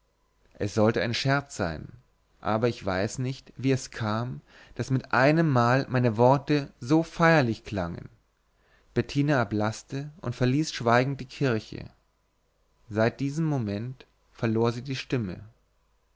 es sollte scherz sein aber ich weiß nicht wie es kam daß mit einemmal meine worte so feierlich klangen bettina erblaßte und verließ schweigend die kirche seit diesem moment verlor sie die stimme